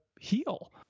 heal